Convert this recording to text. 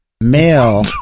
male